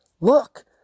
Look